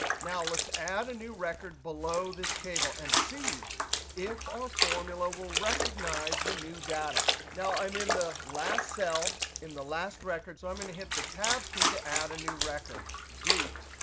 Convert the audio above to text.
now, let's add a new record below this table, and see if our formula will recognize the new data. now, i'm in the last cell in the last record. so i'm going to hit the tab key to add a new record, date.